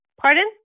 Pardon